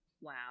Wow